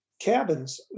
cabins